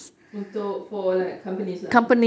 untuk for like companies lah